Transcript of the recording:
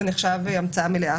זה נחשב כהמצאה מלאה.